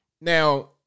Now